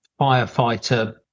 firefighter